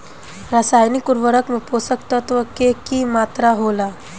रसायनिक उर्वरक में पोषक तत्व के की मात्रा होला?